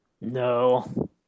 No